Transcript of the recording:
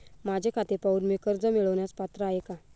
माझे खाते पाहून मी कर्ज मिळवण्यास पात्र आहे काय?